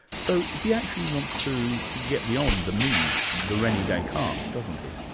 so he actually wants to get beyond the me, the rene descartes, doesn't he?